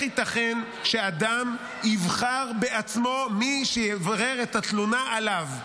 ייתכן שאדם יבחר בעצמו מי שיברר את התלונה עליו.